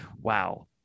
wow